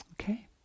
Okay